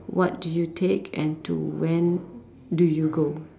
what do you take and to when do you go